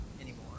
anymore